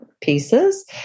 pieces